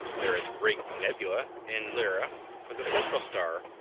there is a ring nebula' in lyra with a central star,